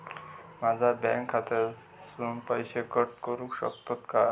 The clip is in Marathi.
माझ्या बँक खात्यासून पैसे कट करुक शकतात काय?